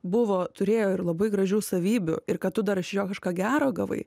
buvo turėjo ir labai gražių savybių ir kad tu dar iš jo kažką gero gavai